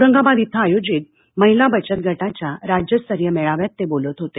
औरंगाबाद इथं आयोजित महिला बचत गटाच्या राज्यस्तरीय मेळाव्यात ते बोलत होते